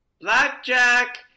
Blackjack